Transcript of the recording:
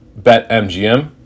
BetMGM